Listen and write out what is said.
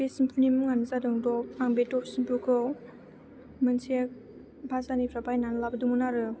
बे सेम्फुनि मुङानो जादों ड'भ आं बे ड'भ सिम्फुखौ मोनसे बाजारनिफ्राय बायनानै लाबोदोंमोन आरो